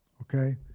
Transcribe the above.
okay